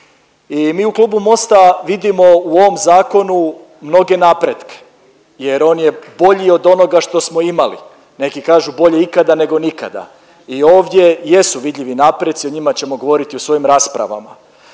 I mi u klubu Mosta vidimo u ovom zakonu mnoge napretke, jer on je bolji od onoga što smo imali. Neki kažu bolje ikada, nego nikada. I ovdje jesu vidljivi napreci, o njima ćemo govoriti u svojim raspravama.